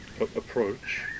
approach